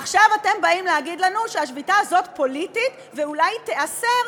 עכשיו אתם באים להגיד לנו שהשביתה הזאת פוליטית ואולי היא תיאסר,